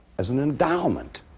as an endowment,